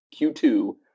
Q2